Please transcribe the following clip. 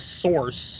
source